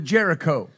Jericho